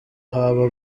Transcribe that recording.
haba